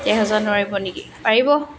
তেৰ হেজাৰত নোৱাৰিব নেকি পাৰিব